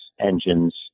engines